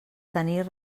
tenir